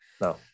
no